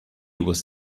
was